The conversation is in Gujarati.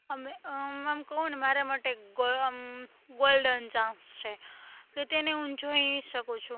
અમે આમ કઉને મારા માટે ગો આમ ગોલ્ડન ચાંસ છે કે તેને હું જોઈ શકું છું